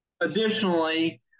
Additionally